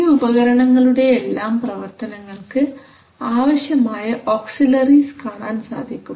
ഈ ഉപകരണങ്ങളുടെ എല്ലാം പ്രവർത്തനങ്ങൾക്ക് ആവശ്യമായ ഓക്സിലറിസ് കാണാൻ സാധിക്കും